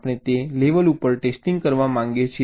આપણે તે લેવલ ઉપર ટેસ્ટિંગ કરવા માંગીએ છીએ